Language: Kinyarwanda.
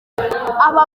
aba